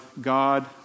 God